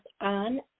on